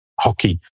Hockey